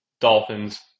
Dolphins